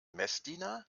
messdiener